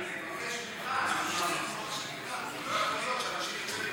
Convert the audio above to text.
אני מבקש ממך לעשות כל מה שניתן.